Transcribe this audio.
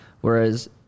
whereas